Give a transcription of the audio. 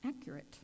accurate